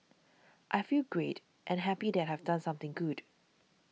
I feel great and happy that I have done something good